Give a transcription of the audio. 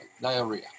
diarrhea